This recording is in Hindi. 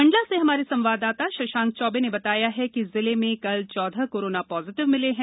मंडला से हमारे संवाददाता शशांक चौबे ने बताया है कि जिले में कल चौदह कोरोना पॉजिटिव मिले हैं